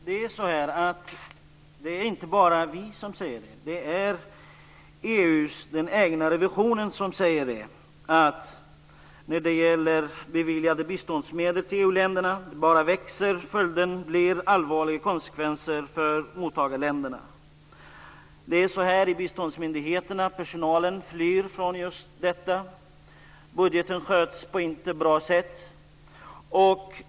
Herr talman! Det är inte bara vi som säger detta utan det är den egna revisionen som säger att beviljade biståndsmedel till u-länderna bara växer. Följden blir allvarliga konsekvenser för mottagarländerna. I biståndsmyndigheterna flyr personalen från just detta. Budgeten sköts inte på ett bra sätt.